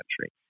country